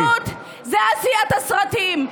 בתחום התרבות זה עשיית הסרטים.